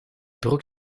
broek